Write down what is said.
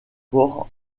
port